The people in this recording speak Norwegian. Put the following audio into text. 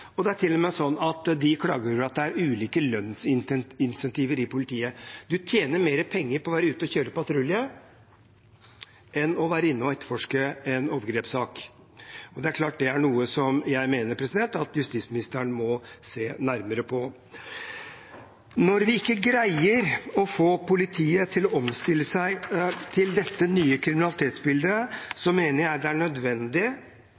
Og det er til og med sånn at de klager over at det er ulike lønnsincentiver i politiet. Man tjener mer penger på å være ute og kjøre patrulje enn å være inne og etterforske en overgrepssak. Det er klart at det er noe jeg mener at justisministeren må se nærmere på. Når vi ikke greier å få politiet til å omstille seg til dette nye kriminalitetsbildet, mener jeg det er nødvendig